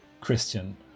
Christian